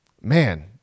man